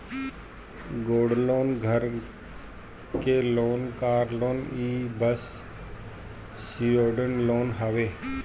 gold loan, घर के loan, car loan इ सब सिक्योर्ड लोन हवे